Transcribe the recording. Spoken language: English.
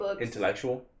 intellectual